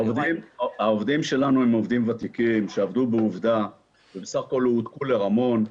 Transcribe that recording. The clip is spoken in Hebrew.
העובדים שלנו הם עובדים ותיקים שעבדו בעובדה ובסך הכול הועתקו לרמון.